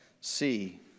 see